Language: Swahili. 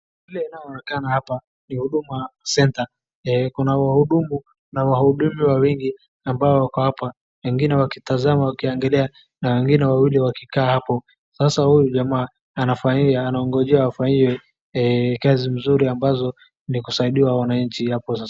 Ile inayonekana hapa ni Huduma Center . Kuna wahudumu na wahudumiwa wengi ambao wako hapa, wengine wakitazama wakiangalia na wengine wawili wakikaa hapo. Sasa huyu jamaa anangoja afanyiwe kazi mzuri ambazo ni kusaidia wananchi hapo sasa.